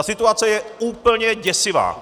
Situace je úplně děsivá!